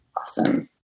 Awesome